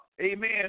Amen